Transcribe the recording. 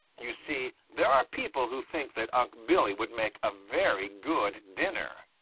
you see, there are people who think that unc' billy would make a very good dinner.